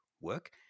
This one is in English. work